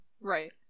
Right